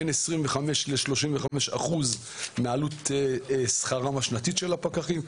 בין 25% ל-35% מעלות שכרם השנתי של הפקחים.